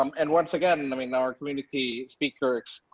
um and once again, and i mean our community speakers,